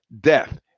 Death